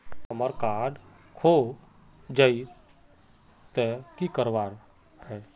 हमार कार्ड खोजेई तो की करवार है?